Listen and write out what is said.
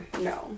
no